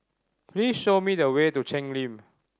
please show me the way to Cheng Lim